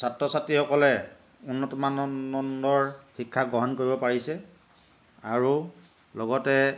ছাত্ৰ ছাত্ৰীসকলে উন্নত মানদণ্ডৰ শিক্ষা গ্ৰহণ কৰিব পাৰিছে আৰু লগতে